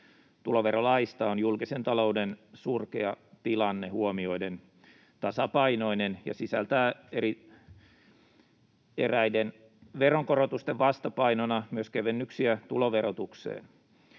tasapainoinen julkisen talouden surkea tilanne huomioiden ja sisältää eräiden veronkorotusten vastapainona myös kevennyksiä tuloverotukseen.